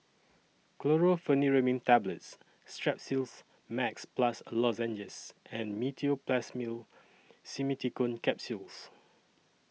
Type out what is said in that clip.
Chlorpheniramine Tablets Strepsils Max Plus Lozenges and Meteospasmyl Simeticone Capsules